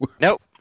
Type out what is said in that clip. nope